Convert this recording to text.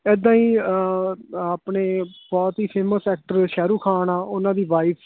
ਇੱਦਾਂ ਹੀ ਆਪਣੇ ਬਹੁਤ ਹੀ ਫੇਮਸ ਐਕਟਰ ਸ਼ਾਹਰੁਖ ਖਾਨ ਆ ਉਨ੍ਹਾਂ ਦੀ ਵਾਈਫ